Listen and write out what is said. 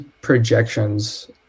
projections